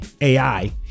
AI